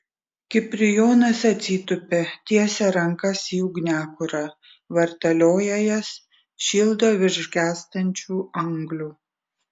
kiprijonas atsitupia tiesia rankas į ugniakurą vartalioja jas šildo virš gęstančių anglių